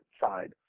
side